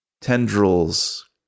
tendrils